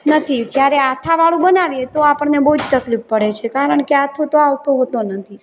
નથી જયારે આથાવાળું બનાવીએ ત્યારે આપણને બહુ જ તકલીફ પડે છે કારણ કે આથો તો આવતો હોતો નથી